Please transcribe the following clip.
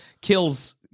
kills